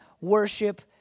worship